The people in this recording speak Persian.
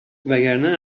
وگرنه